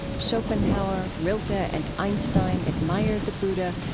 schopenhauer, rilke, ah and einstein admired the buddha.